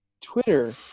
Twitter